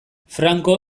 franco